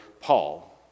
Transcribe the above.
Paul